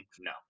No